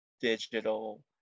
digital